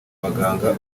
baganga